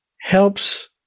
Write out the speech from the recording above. helps